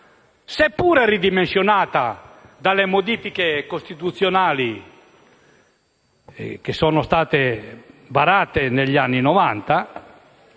seppur ridimensionata dalle modifiche costituzionali varate negli anni Novanta,